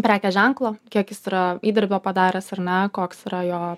prekės ženklo kiek jis yra įdirbio padaręs ar ne koks yra jo